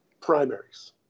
primaries